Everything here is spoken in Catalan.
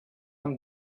amb